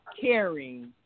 caring